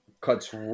cuts